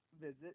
visit